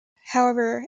however